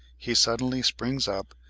he suddenly springs up,